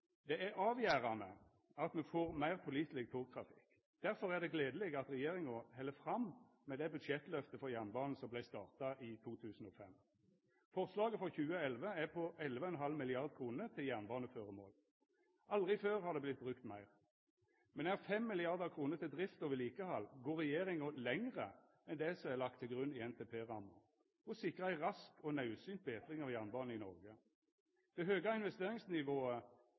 Det er avgjerande at me får meir påliteleg togtrafikk. Derfor er det gledeleg at regjeringa held fram med det budsjettlyftet for jernbanen som vart starta i 2005. Framlegget frå 2011 er på 11,5 mrd. kr til jernbaneføremål. Aldri før har det vorte brukt meir. Med nær 5 mrd. kr til drift og vedlikehald går regjeringa lenger enn det som er lagt til grunn i NTP-ramma, og sikrar ei rask og naudsynt betring av jernbanen i Noreg. Det høge investeringsnivået